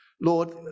Lord